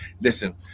Listen